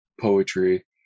poetry